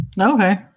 okay